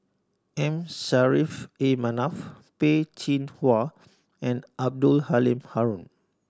M Saffri A Manaf Peh Chin Hua and Abdul Halim Haron